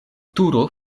turo